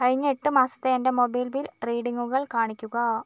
കഴിഞ്ഞ എട്ടുമാസത്തെ എൻ്റെ മൊബൈൽ ബിൽ റീഡിംഗുകൾ കാണിക്കുക